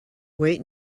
wait